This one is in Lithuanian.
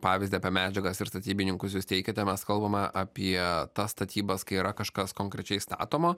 pavyzdį apie medžiagas ir statybininkus jūs teikiate mes kalbame apie tas statybas kai yra kažkas konkrečiai statoma